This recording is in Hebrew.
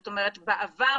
בעבר,